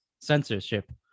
censorship